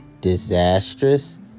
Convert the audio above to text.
disastrous